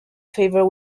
favour